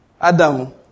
Adam